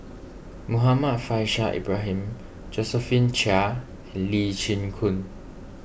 Muhammad Faishal Ibrahim Josephine Chia and Lee Chin Koon